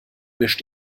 mischt